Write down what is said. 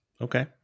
okay